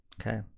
Okay